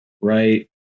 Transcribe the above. right